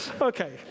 Okay